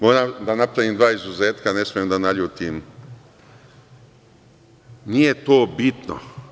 Moram da napravim dva izuzetka, ne smem da naljutim, nije to bitno.